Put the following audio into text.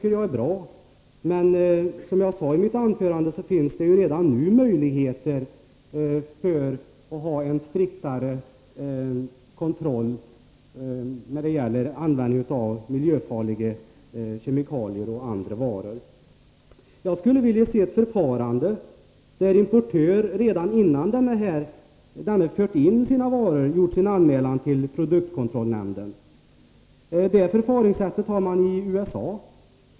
Men det finns ju, som jag sade i mitt anförande, redan nu möjligheter att ha en striktare kontroll när det gäller användning av miljöfarliga kemikalier och andra varor. Jag skulle vilja se ett förfarande, där importören redan innan han fört in sina varor har gjort sin anmälan till produktkontrollnämnden. Det förfaringssättet har man i USA.